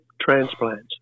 transplants